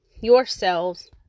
yourselves